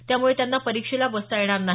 त्यामुळे त्यांना परीक्षेला बसता येणार नाही